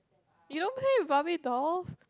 you don't play with barbie dolls